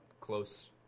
close